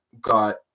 got –